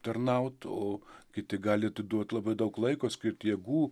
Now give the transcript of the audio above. tarnaut o kiti gali atiduot labai daug laiko skirt jėgų